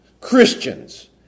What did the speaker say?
Christians